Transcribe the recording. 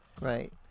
right